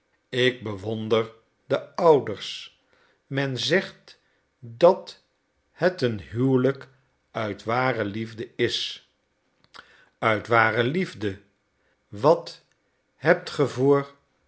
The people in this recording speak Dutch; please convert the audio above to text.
ik bewonder de ouders men zegt dat het een huwelijk uit ware liefde is uit ware liefde wat hebt